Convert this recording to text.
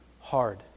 hard